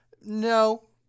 No